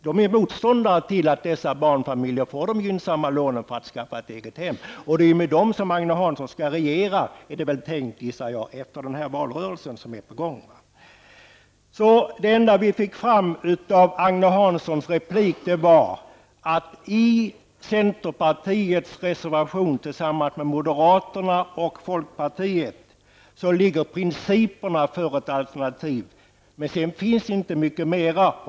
De är motståndare till att dessa barnfamiljer får de gynsamma lånen för att skaffa ett eget hem. Det är med dem som Agne Hansson skall regera är det väl tänkt, gissar jag, efter den valrörelse som är på gång. Det enda vi fick fram av Agne Hanssons replik var att i centerns reservation tillsammans med moderaterna och folkpartiet ligger principerna för ett alternativ, men sedan finns inte mycket mera.